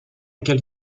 qu’elle